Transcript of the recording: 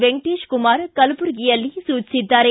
ವೆಂಕಟೇಶಕುಮಾರ ಕಲಬುರಗಿಯಲ್ಲಿ ಸೂಚಿಸಿದ್ದಾರೆ